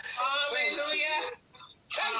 Hallelujah